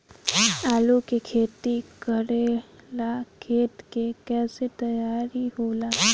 आलू के खेती करेला खेत के कैसे तैयारी होला?